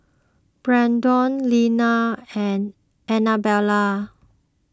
Brennon Lina and Anabella